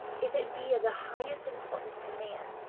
if it be of the highest importance to man,